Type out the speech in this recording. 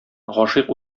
гашыйк